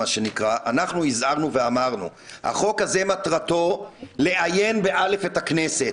הזהרנו ואמרנו שהחוק הזה מטרתו לאיין את הכנסת,